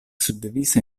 suddivisa